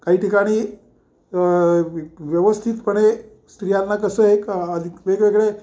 काही ठिकाणी अ व्यवस्थितपणे स्त्रियांना कसंय का आध वेगवेगळे